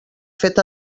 fet